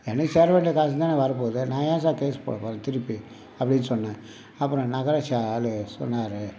எனக்கு சேரவேண்டிய காசுதானே வரப்போது நான் ஏன் சார் கேஸ் போடுறேன் திருப்பி அப்படீனு சொன்னேன் அப்புறம் நகராட்சி ஆள் சொன்னார்